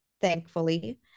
thankfully